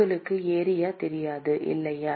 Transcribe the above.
உங்களுக்கு ஏரியா தெரியாது இல்லையா